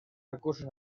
recursos